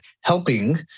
helping